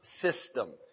system